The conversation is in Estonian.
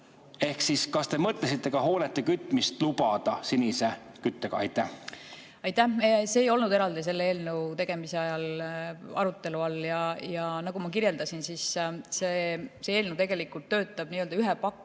Ehk siis: kas te mõtlesite, et võiks ka hoonete kütmist lubada sinise kütusega? Aitäh! See ei olnud eraldi selle eelnõu tegemise ajal arutelu all. Nagu ma kirjeldasin, see eelnõu tegelikult töötab ühe paketina